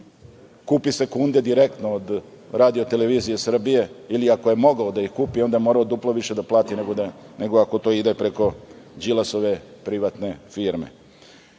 kupi sekunde direktno od RTS ili ako je mogao da ih kupi, onda je morao duplo više da plati, nego ako to ide preko Đilasove privatne firme. Sve